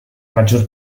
maggior